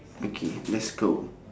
okay let's go